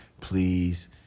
please